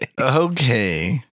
Okay